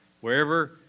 Wherever